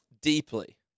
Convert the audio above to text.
deeply